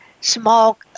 small